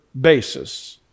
basis